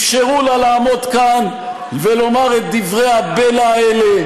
אפשרו לה לעמוד כאן ולומר את דברי הבלע האלה,